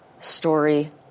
story